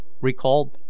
recalled